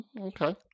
Okay